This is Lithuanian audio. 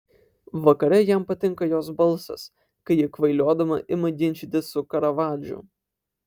vakare jam patinka jos balsas kai ji kvailiodama ima ginčytis su karavadžu